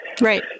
Right